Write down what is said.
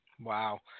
Wow